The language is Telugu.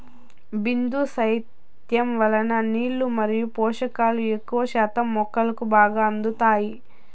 బిందు సేద్యం వలన నీళ్ళు మరియు పోషకాలు ఎక్కువ శాతం మొక్కకు బాగా అందుతాయి